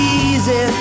easy